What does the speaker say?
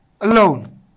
alone